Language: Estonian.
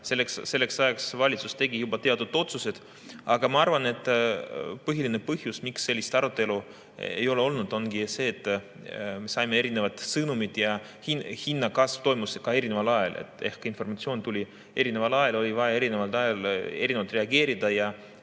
selleks ajaks valitsus oli juba teinud teatud otsused. Aga ma arvan, et põhiline põhjus, miks sellist arutelu ei ole olnud, ongi see, et me saime erinevad sõnumid ja hinnakasv toimus ka erineval ajal. Ehk informatsioon tuli erineval ajal, oli vaja erineval ajal erinevalt reageerida, ja